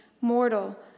mortal